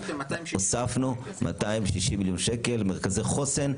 הוספנו 260 מיליון שקל, מרכזי חוסן.